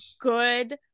good